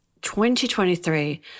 2023